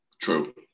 True